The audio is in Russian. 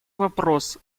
вопрос